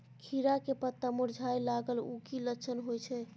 खीरा के पत्ता मुरझाय लागल उ कि लक्षण होय छै?